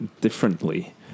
differently